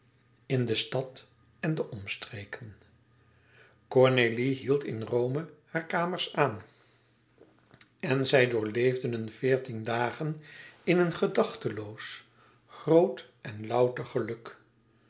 in de stad en de omstreken cornélie hield in rome hare kamers aan en zij doorleefden een veertien dagen in een gedachteloos groot en louter geluk